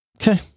Okay